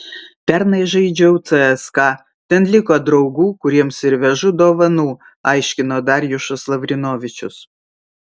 pernai žaidžiau cska ten liko draugų kuriems ir vežu dovanų aiškino darjušas lavrinovičius